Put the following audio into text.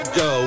go